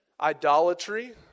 Idolatry